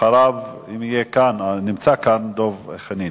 אחריו, נמצא כאן, חבר הכנסת דב חנין.